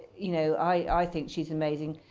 you know i think she's amazing.